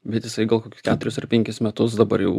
bet jisai gal kokiu keturis ar penkis metus dabar jau